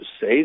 say